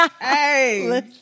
hey